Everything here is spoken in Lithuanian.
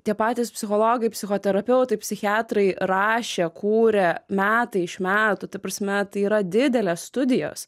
tie patys psichologai psichoterapeutai psichiatrai rašė kūrė metai iš metų ta prasme tai yra didelės studijos